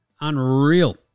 unreal